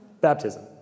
Baptism